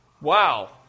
Wow